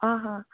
অঁ হয়